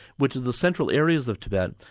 which are the central areas of tibet,